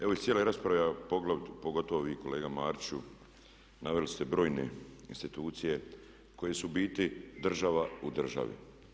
Evo iz cijele rasprave, a pogotovo vi kolega Mariću, naveli ste brojne institucije koje su u biti država u državi.